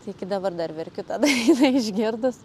iki dabar dar verkiu tą dainą išgirdus